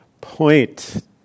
point